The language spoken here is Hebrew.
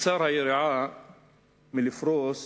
תקצר היריעה מלפרוס